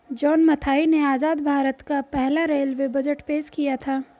John Mathai ने आजाद भारत का पहला रेलवे बजट पेश किया था